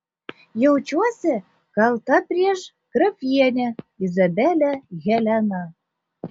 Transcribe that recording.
jaučiuosi kalta prieš grafienę izabelę heleną